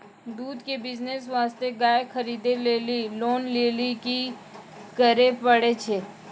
दूध के बिज़नेस वास्ते गाय खरीदे लेली लोन लेली की करे पड़ै छै?